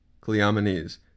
Cleomenes